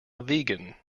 vegan